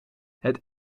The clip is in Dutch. het